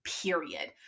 period